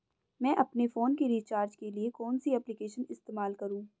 मैं अपने फोन के रिचार्ज के लिए कौन सी एप्लिकेशन इस्तेमाल करूँ?